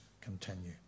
continue